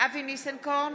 אבי ניסנקורן,